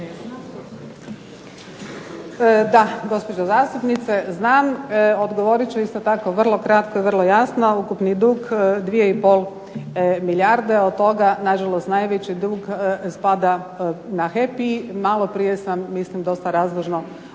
Da, gospođo zastupnice znam. Odgovorit ću isto tako vrlo kratko i vrlo jasno. Ukupni dug je 2,5 milijarde. Od toga nažalost najveći dug spada na HEP i malo prije sam mislim dosta razložno odgovorila